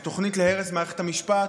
זו תוכנית להרס מערכת המשפט,